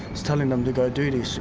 it's telling them to go do this.